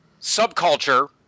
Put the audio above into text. subculture